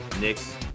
Knicks